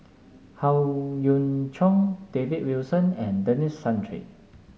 Howe Yoon Chong David Wilson and Denis Santry